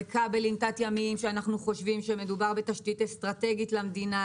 זה כבלים תת ימיים כשמדובר בתשתית אסטרטגית למדינה,